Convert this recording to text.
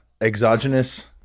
exogenous